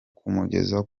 kumugeza